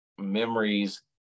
memories